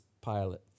pilot